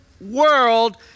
world